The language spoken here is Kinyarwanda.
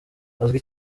azwi